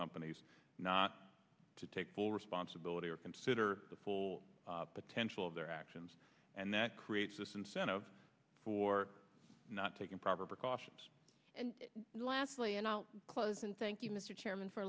companies not to take full responsibility or consider the full potential of their actions and that creates this incentive for not taking proper precautions and lastly and i'll close and thank you mr chairman for